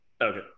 Okay